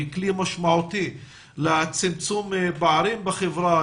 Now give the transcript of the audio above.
היא כלי משמעותי לצמצום פערים בחברה,